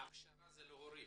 ההכשרה היא להורים.